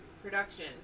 production